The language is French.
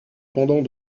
pendant